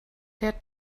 der